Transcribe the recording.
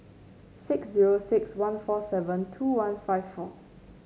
six zero six one four seven two one five four